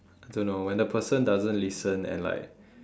I don't know when the person doesn't listen and like